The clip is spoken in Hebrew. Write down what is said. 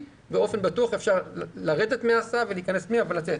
באופן בטוח אפשר להיכנס אל ההסעה ולצאת